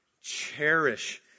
Cherish